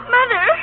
Mother